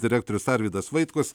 direktorius arvydas vaitkus